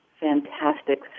fantastic